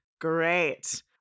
great